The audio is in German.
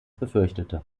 befürchtete